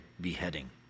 beheading